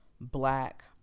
black